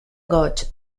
goig